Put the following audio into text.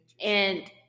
and-